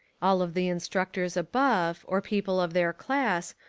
all of the instructors above, or people of their class,